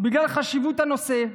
בגלל חשיבות הנושא,